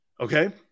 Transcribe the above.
Okay